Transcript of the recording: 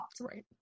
Right